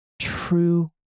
true